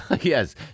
Yes